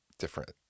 different